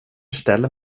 ställer